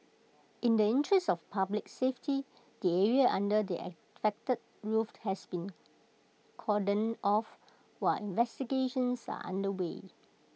in the interest of public safety the area under the affected roof has been cordoned off while investigations are underway